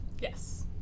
Yes